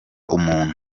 umuntu